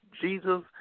Jesus